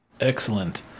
Excellent